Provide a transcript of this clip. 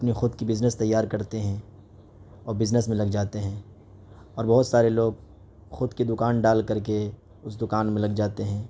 اپنی خود کی بزنس تیّار کرتے ہیں اور بزنس میں لگ جاتے ہیں اور بہت سارے لوگ خود کی دکان ڈال کر کے اس دکان میں لگ جاتے ہیں